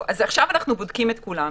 עכשיו אנחנו בודקים את כולם,